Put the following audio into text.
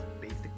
basic